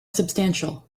substantial